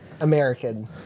American